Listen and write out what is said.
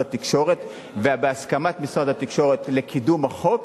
התקשורת ובהסכמת משרד התקשורת לקידום החוק.